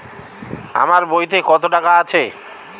আমার বইতে কত টাকা আছে?